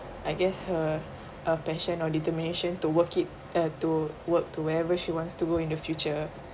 I guess her uh passion or determination to work it uh to work to wherever she wants to go in the future